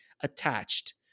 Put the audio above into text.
attached